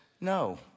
no